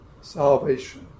salvation